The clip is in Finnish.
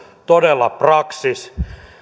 todella praksis